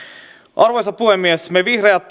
arvoisa puhemies me vihreät